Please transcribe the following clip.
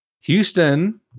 Houston